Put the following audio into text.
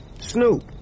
Snoop